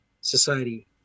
society